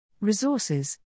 Resources